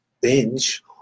binge